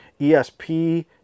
ESP